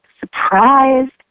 surprised